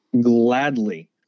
Gladly